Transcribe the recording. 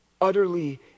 Utterly